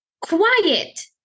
Quiet